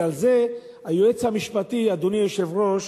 ועל זה היועץ המשפטי, אדוני היושב-ראש,